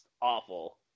awful